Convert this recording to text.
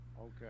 Okay